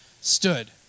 stood